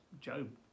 Job